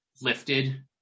lifted